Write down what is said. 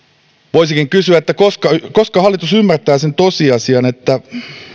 voisikin kysyä koska koska hallitus ymmärtää sen tosiasian että